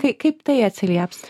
kai kaip tai atsilieps